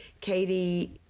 Katie